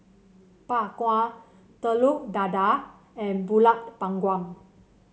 Bak Kwa Telur Dadah and pulut panggang